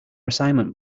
assignment